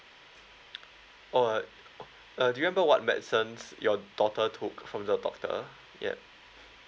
oh uh do you remember what medicines your daughter took from the doctor yup